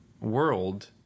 world